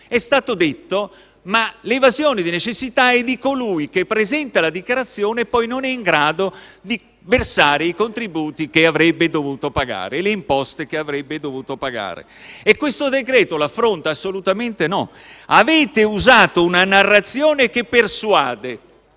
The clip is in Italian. È stato detto che l'evasione di necessità è di colui che presenta la dichiarazione e poi non è in grado di versare i contributi e le imposte che avrebbe dovuto pagare. E questo provvedimento l'affronta? Assolutamente no. Avete usato una narrazione che persuade.